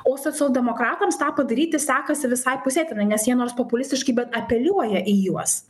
o socialdemokratams tą padaryti sekasi visai pusėtinai nes jie nors populistiškai bet apeliuoja į juos